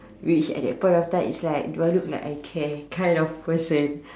which at the point of time is like do I look like I care kind of person